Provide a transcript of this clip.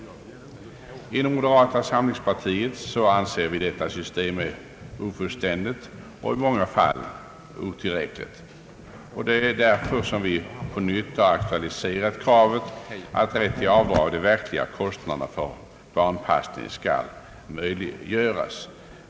Inom moderata samlingspartiet anser vi att detta system är ofullständigt och i många fall otillräckligt. Därför har vi på nytt aktualiserat kravet att avdrag för de verkliga kostnaderna för barnpassning skall möjliggöras.